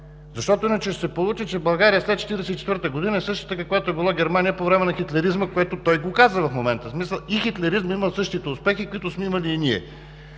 Защото иначе ще се получи, че България след 1944 г. е била същата, каквато е била Германия по време на хитлеризма, което той в момента го казва. В смисъл, и хитлеризмът е имал същите успехи, които сме имали и ние.